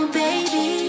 baby